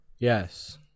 Yes